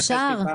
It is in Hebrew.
אפשר?